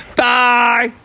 bye